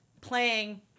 playing